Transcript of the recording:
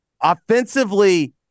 Offensively